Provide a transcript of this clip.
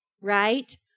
Right